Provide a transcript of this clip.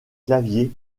claviers